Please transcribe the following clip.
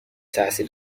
تحصیل